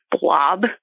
blob